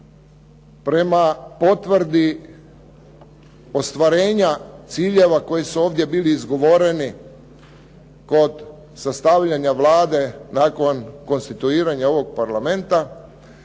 prema potvrdi ostvarenja ciljeva koji su ovdje bili izgovoreni kod sastavljanja Vlade nakon konstituiranja ovog Parlamenta.